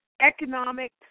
economic